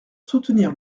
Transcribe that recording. soutenir